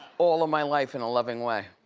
all of my life in loving way.